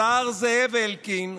השר זאב אלקין,